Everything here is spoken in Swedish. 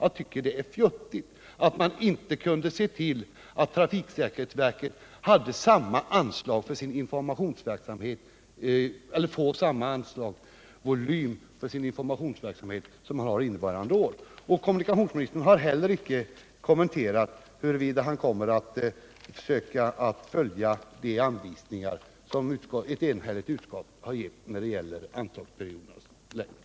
Jag tycker det är fjuttigt att man inte kunde se till att trafiksäkerhetsverket får samma anslagsvolym för sin informationsverksamhet som det har för innevarande år. Kommunikationsministern har heller icke kommenterat huruvida han kommer att försöka följa de anvisningar som ett enhälligt utskott har givit när det gäller anslagsperiodernas längd.